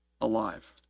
alive